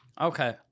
Okay